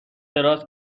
دراز